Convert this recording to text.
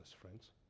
friends